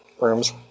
rooms